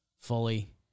fully